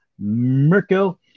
Mirko